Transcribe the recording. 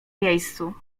miejscu